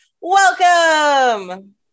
Welcome